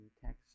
text